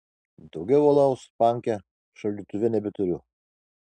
daugiau alaus panke šaldytuve nebeturiu